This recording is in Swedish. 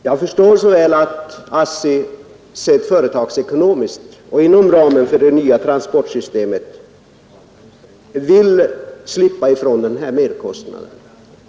Jag förstår att ASSI ur företagsekonomisk synpunkt vill slippa den här merkostnaden.